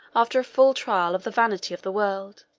after a full trial of the vanity of the world,